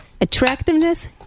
attractiveness